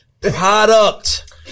Product